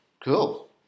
Cool